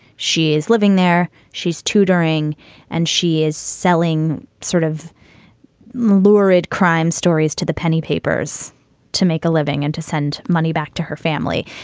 she is living there. she's tutoring and she is selling sort of lurid crime stories to the penny papers to make a living and to send money back to her family.